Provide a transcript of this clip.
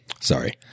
sorry –